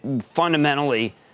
fundamentally